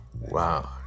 Wow